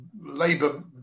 Labour